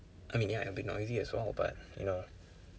I mean yeah it'll be noisy as well but you know